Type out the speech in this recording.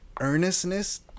earnestness